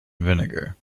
vinegar